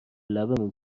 لبمون